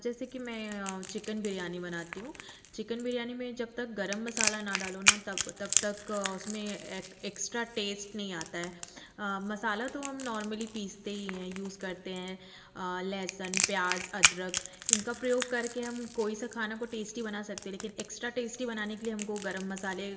जैसे कि मैं चिकन बिरयानी बनाती हूँ चिकन बिरयानी में जब तक गर्म मसाला ना डालो ना तब तब तक उसमें एक एक्स्ट्रा टेस्ट नहीं आता है मसाला तो हम नॉर्मली पीसते ही हैं यूज़ करते हैं लहसुन प्याज़ अदरक इनका प्रयोग कर के हम कोई सए खानए को टेस्टी बना सकते हैं लेकिन एक्स्ट्रा टेस्टी बनाने के लिए हम को गर्म मसाले